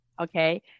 okay